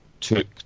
took